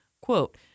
Quote